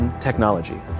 technology